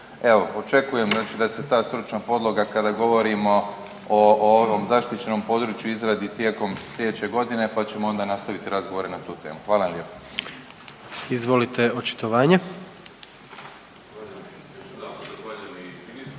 Evo očekujem znači da se ta stručna podloga kada govorimo o, o ovom zaštićenom području i izradi tijekom slijedeće godine pa ćemo onda nastaviti razgovore na tu temu. Hvala vam lijepo. **Jandroković,